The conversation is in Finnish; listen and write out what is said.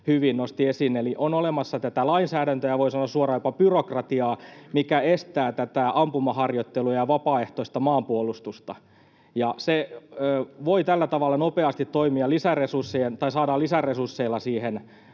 hyvin nosti esiin. On olemassa tätä lainsäädäntöä ja, voi sanoa suoraan, jopa byrokratiaa, mikä estää tätä ampumaharjoittelua ja vapaaehtoista maanpuolustusta. Siihen saadaan lisäresursseilla nopeasti helpotusta, kuten